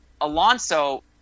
Alonso